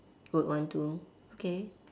would want to okay